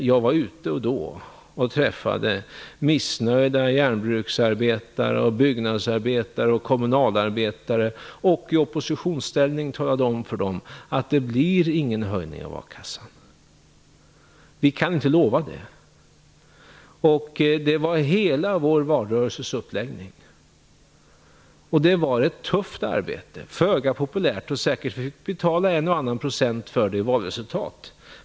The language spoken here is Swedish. Jag var då ute och träffade missnöjda järnbruks-, byggnads och kommunalarbetare. I oppositionsställning talade jag då om för dem att det inte blir någon höjning av a-kassan. Vi kunde inte lova det. Det var hela vår valrörelses uppläggning. Det var ett tufft arbete. Det var föga populärt. Vi fick säkert betala en och annan procent för det i valresultat.